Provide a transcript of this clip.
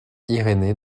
irénée